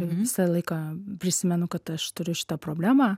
visą laiką prisimenu kad aš turiu šitą problemą